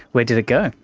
where did it go?